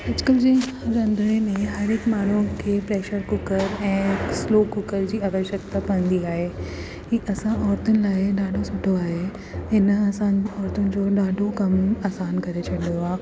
अॼुकल्ह रंधिणे में हर हिकु माण्हू खे प्रेशर कूकर ऐं स्लो कूकर जी आवश्यक्ता पवंदी आहे हीउ असां औरतुनि लाइ ॾाढो सुठो आहे हिन असां औरतुनि जो ॾाढो कमु आसान करे छॾियो आहे